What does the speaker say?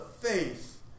faith